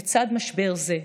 לצד משבר זה,